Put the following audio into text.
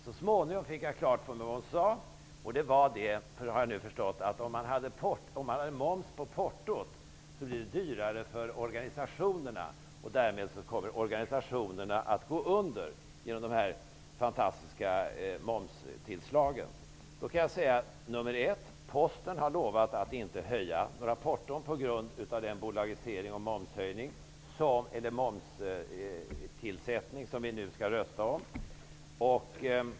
Så småningom fick jag klart för mig att det hon sade var, att om man lade moms på portot så blev det dyrare för organisationerna, och genom de fantastiska momspåslagen skulle organisationerna komma att gå under. Då kan jag säga att Posten har lovat att inte höja några porton på grund av den bolagisering och det momsinförande som vi nu skall rösta om.